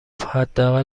حداقل